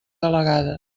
delegades